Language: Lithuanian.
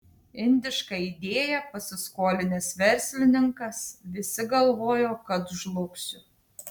indišką idėją pasiskolinęs verslininkas visi galvojo kad žlugsiu